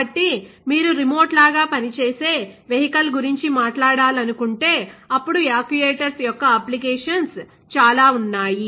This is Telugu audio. కాబట్టి మీరు రిమోట్ లాగా పనిచేసే వెహికల్ గురించి మాట్లాడాలనుకుంటే అప్పుడు యాక్యుయేటర్స్ యొక్క అప్లికేషన్స్ చాలా ఉన్నాయి